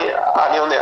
אני עונה,